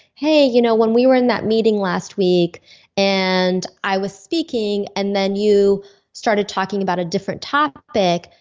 hey you know when we were in that meeting last week and i was speaking and then you started talking about a different topic,